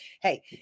Hey